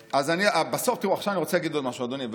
וחצי, אדוני,